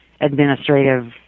Administrative